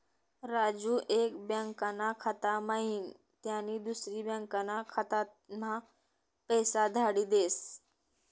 राजू एक बँकाना खाता म्हाईन त्यानी दुसरी बँकाना खाताम्हा पैसा धाडी देस